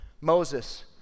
Moses